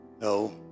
No